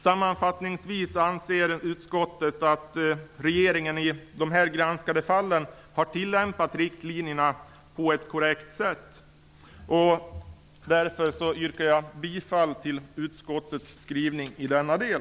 Sammanfattningsvis anser utskottet att regeringen i de granskade fallen har tillämpat riktlinjerna på ett korrekt sätt. Därför yrkar jag bifall till utskottets skrivning i denna del.